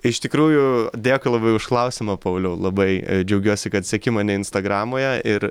iš tikrųjų dėkui labai už klausiamą pauliau labai džiaugiuosi kad seki mane instagramoje ir